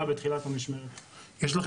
כן.